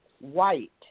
White